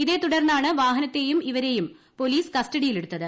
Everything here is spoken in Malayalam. ഇതേ തുടർന്നാണ് വാഹനത്തേയും ഇവരെയും പോലീസ് കസ്റ്റഡിയിലെടുത്തത്